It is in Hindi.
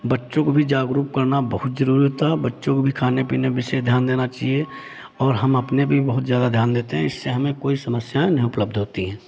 बच्चों को भी जागरूक करना बहुत ज़रूरी होता है बच्चों को भी खाने पीने का विशेष ध्यान देना चहिए और हम अपने भी बहुत ज़्यादा ध्यान देते हैं इससे हमें कोई समस्याएं ना उपलब्ध होती हैं